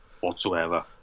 whatsoever